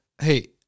hey